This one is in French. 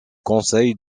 conseil